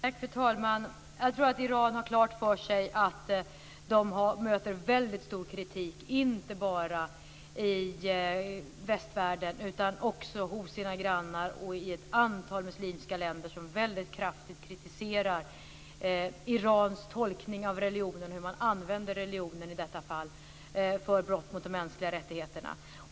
Fru talman! Jag tror att Iran har klart för sig att de möter väldigt stor kritik, inte bara i västvärlden utan också hos sina grannar och i ett antal muslimska länder som väldigt kraftigt kritiserar Irans tolkning av religionen, hur man använder religionen i detta fall för brott mot de mänskliga rättigheterna.